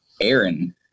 Aaron